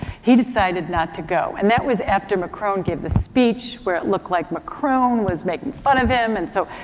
he decided not to go. and that was after macron gave the speech where it looked like macron was making fun of him. and so,